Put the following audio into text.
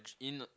ch~ in a